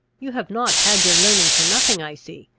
you have not had your learning for nothing, i see.